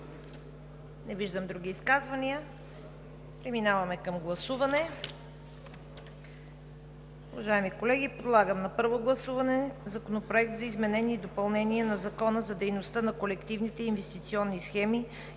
Не виждам. Преминаваме към гласуване. Уважаеми колеги, подлагам на първо гласуване Законопроект за изменение и допълнение на Закона за дейността на колективните инвестиционни схеми